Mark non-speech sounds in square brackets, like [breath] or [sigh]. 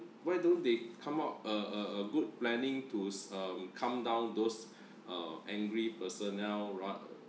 why don't they come out uh a good planning to s~ um calm down those [breath] uh angry personnel rath~